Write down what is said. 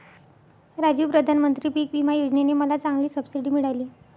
राजू प्रधानमंत्री पिक विमा योजने ने मला चांगली सबसिडी मिळाली